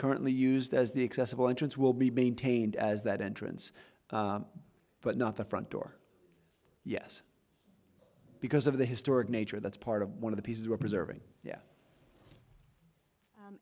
currently used as the excessive entrance will be maintained as that entrance but not the front door yes because of the historic nature that's part of one of the pieces were preserving yeah